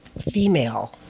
female